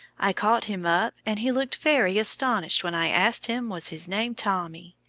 i caught him up, and he looked very astonished when i asked him was his name tommy.